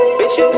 bitch